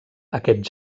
aquest